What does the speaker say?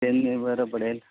ट्रेनने बरं पडेल